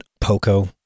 Poco